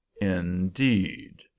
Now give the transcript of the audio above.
Indeed